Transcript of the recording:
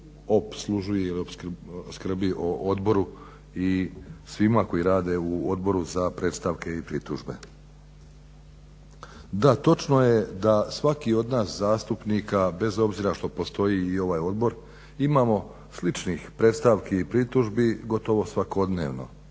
opslužuje ili skrbi o odboru i svima koji rade u Odboru za predstavke i pritužbe. Da, točno je da svaki od nas zastupnika bez obzira što postoji i ovaj odbor, imamo sličnih predstavki i pritužbi gotovo svakodnevno.